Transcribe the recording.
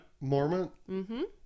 Mormon